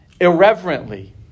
irreverently